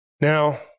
Now